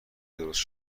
درست